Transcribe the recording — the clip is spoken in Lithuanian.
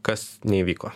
kas neįvyko